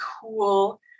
cool